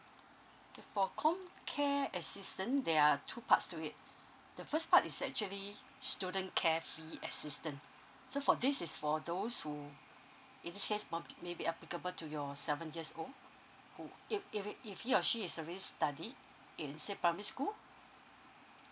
for comcare assistance there are two parts to it the first part is actually student care fee assistance so for this is for those who in this case m~ maybe applicable to your seven years old who if if he if he or she is already study in let's say primary school